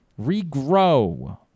Regrow